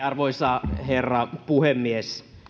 arvoisa herra puhemies